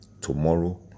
Tomorrow